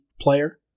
player